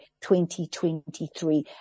2023